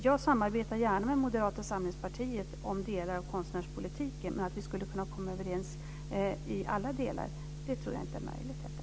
Jag samarbetar gärna med Moderata samlingspartiet om delar av konstnärspolitiken, men jag tror inte att det är möjligt att vi skulle kunna komma överens i alla delar.